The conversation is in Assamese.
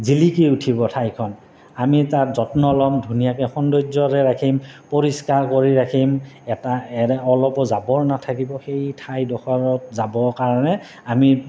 জিলিকি উঠিব ঠাইখন আমি তাত যত্ন ল'ম ধুনীয়াকৈ সৌন্দৰ্যৰে ৰাখিম পৰিষ্কাৰ কৰি ৰাখিম এটা অলপো জাবৰ নাথাকিব সেই ঠাইডোখৰত যাবৰ কাৰণে আমি